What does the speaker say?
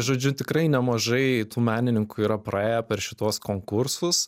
žodžiu tikrai nemažai tų menininkų yra praėję per šituos konkursus